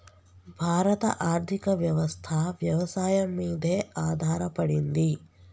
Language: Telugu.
భారత ఆర్థికవ్యవస్ఠ వ్యవసాయం మీదే ఆధారపడింది